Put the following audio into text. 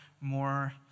more